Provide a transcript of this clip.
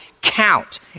count